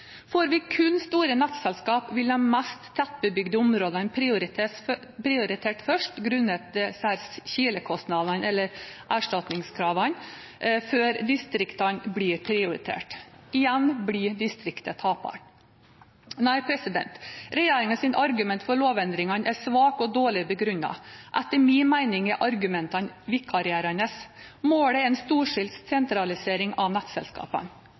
Får vi kun store nettselskap, vil de mest tettbebygde områdene prioriteres først – grunnet KILE-kostnadene, eller erstatningskravene – før distriktene blir prioritert. Igjen blir distriktene taperne. Nei, regjeringens argumenter for lovendringene er svake og dårlig begrunnet. Etter min mening er argumentene vikarierende. Målet er en storstilt sentralisering av nettselskapene.